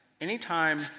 Anytime